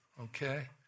okay